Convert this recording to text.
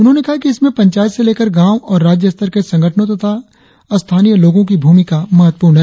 उन्होंने कहा कि इसमें पंचायत से लेकर गांव और राज्य स्तर के संगठनों तथा स्थानीय लोगों की भूमिका महत्वपूर्ण है